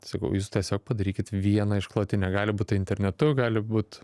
sakau jūs tiesiog padarykit vieną išklotinę gali būt tai internetu gali būt